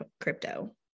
crypto